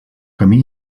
camí